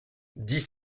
dix